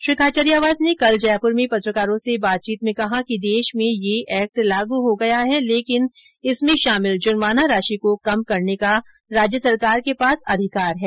श्री खाचरियावास ने कल जयपुर में पत्रकारों से बातचीत में कहा कि देश में ये एक्ट लागू हो गया है लेकिन इसमें शामिल जुर्माना राशि को कम करने का राज्य सरकार के पास अधिकार है